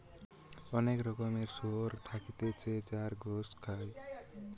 অনেক রকমের শুয়োর থাকতিছে যার গোস খায়